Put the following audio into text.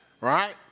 right